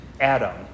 Adam